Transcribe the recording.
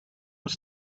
was